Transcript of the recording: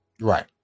right